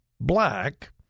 black